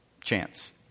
chance